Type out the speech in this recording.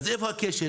אז איפה הכשל?